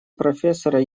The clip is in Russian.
профессора